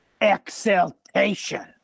exaltation